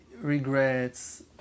regrets